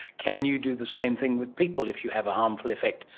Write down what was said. can you do the same thing with people if you have a harmful effect,